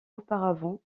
auparavant